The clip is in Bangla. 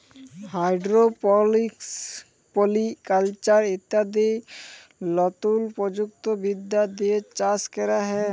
হাইড্রপলিক্স, পলি কালচার ইত্যাদি লতুন প্রযুক্তি বিদ্যা দিয়ে চাষ ক্যরা হ্যয়